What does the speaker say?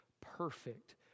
perfect